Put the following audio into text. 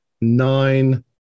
nine